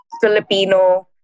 Filipino